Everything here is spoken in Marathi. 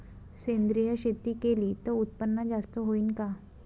सेंद्रिय शेती केली त उत्पन्न जास्त होईन का?